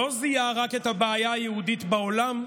ז'בוטינסקי לא זיהה רק את הבעיה היהודית בעולם,